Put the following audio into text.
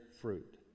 fruit